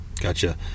Gotcha